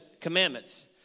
commandments